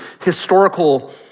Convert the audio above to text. historical